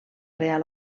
real